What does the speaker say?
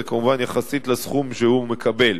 זה כמובן יחסית לסכום שהוא יקבל.